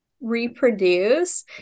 reproduce